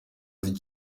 uzwi